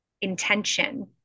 intention